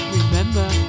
remember